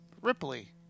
Ripley